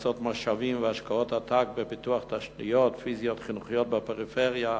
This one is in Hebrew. להקצות משאבים והשקעות עתק בפיתוח תשתיות פיזיות וחינוכיות בפריפריה,